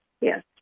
Yes